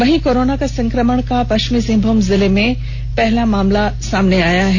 वही कोरोना के संक्रमण का पश्चिमी सिंहभूम जिले में पहला मामला सामने आया है